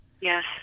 yes